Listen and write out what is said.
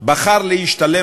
בחר להשתלם,